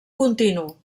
continu